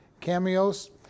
cameos